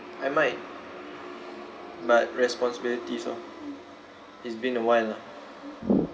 I might but responsibilities lor it's been a while lah